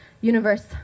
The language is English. Universe